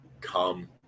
come